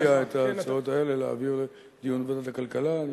מציע את ההצעות האלה להעביר לדיון בוועדת הכלכלה.